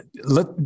let